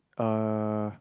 uh